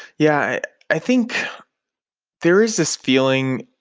yeah. i think there is this feeling,